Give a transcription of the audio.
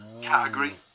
category